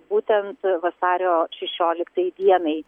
būtent vasario šešioliktai dienai